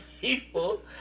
people